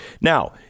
Now